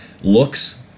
looks